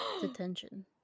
detention